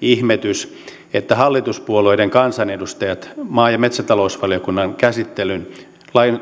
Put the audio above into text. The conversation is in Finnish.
ihmetys että hallituspuolueiden kansanedustajat maa ja metsätalousvaliokunnan käsittelyn